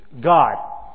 God